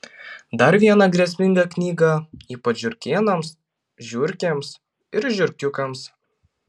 dar viena grėsminga knyga ypač žiurkėnams žiurkėms ir žiurkiukams